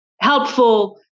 helpful